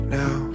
now